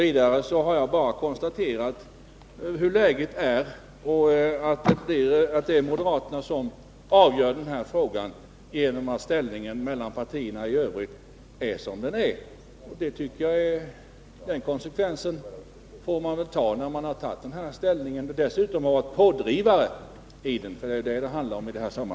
Vidare har jag bara konstaterat att det är moderaterna som avgör den här frågan, eftersom ställningen mellan partierna i övrigt är som den är. Den konsekvensen får man väl acceptera när man har tagit den här ställningen och dessutom har varit pådrivande i frågan.